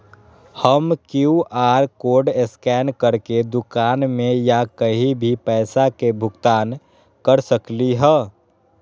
हम QR code scan करके दुकान में या कहीं भी पैसा के भुगतान कर सकली ह?